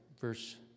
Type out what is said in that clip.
verse